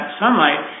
sunlight